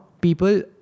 people